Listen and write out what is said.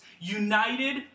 united